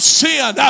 sin